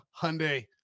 Hyundai